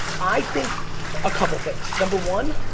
i think a couple of things, number one,